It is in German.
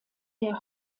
der